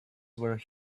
were